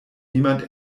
niemand